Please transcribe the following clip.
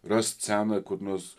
rast seną kur nors